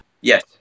Yes